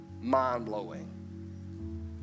mind-blowing